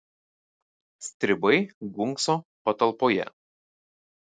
stribai gunkso patalpoje